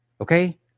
okay